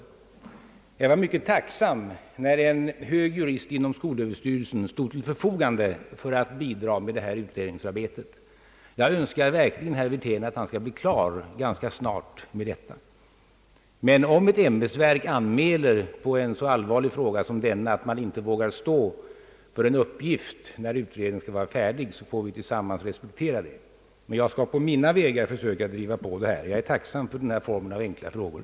Jag var därför mycket tacksam när en hög jurist inom skolöverstyrelsen stod till förfogande för detta utredningsarbete. Jag önskar verkligen, herr Wirtén, att vederbörande skall bli färdig ganska snart med denna uppgift. Men om ett ämbetsverk i en så allvarlig fråga som denna anmäler att det inte vågar stå för en tidsuppgift beträffande när detta arbete skall vara färdigt, får vi tillsammans respektera detta. Jag skall dock på mina vägar försöka driva på detta arbete. Jag är tacksam för detta slag av enkla frågor.